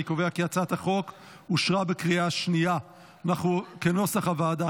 אני קובע כי הצעת החוק אושרה בקריאה שנייה כנוסח הוועדה.